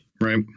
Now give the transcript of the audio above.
Right